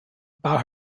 about